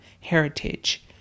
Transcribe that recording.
heritage